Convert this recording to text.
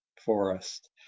forest